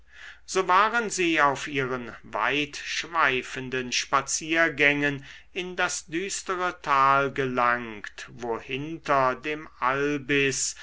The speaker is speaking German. so waren sie auf ihren weitschweifenden spaziergängen in das düstere tal gelangt wo hinter dem albis